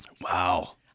Wow